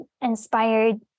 inspired